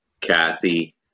Kathy